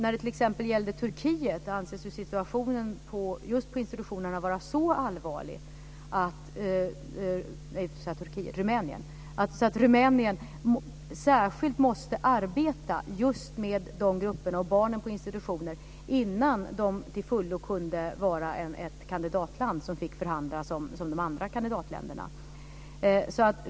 I t.ex. Rumänien ansågs ju situationen just på institutionerna vara så allvarlig att Rumänien särskilt måste arbeta just med de här grupperna och barnen på institutionerna innan man till fullo kunde vara ett kandidatland som fick förhandla som de andra kandidatländerna.